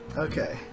Okay